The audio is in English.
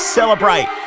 Celebrate